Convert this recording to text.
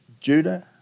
Judah